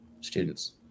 students